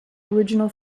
original